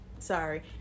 Sorry